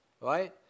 right